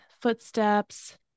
footsteps